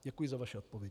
Děkuji za vaši odpověď.